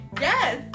Yes